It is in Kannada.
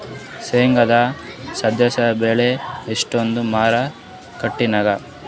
ಶೇಂಗಾದು ಸದ್ಯದಬೆಲೆ ಎಷ್ಟಾದಾ ಮಾರಕೆಟನ್ಯಾಗ?